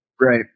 right